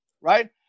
right